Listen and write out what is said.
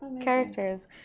characters